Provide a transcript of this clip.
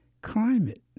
climate